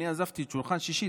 אני עזבתי את שולחן שישי?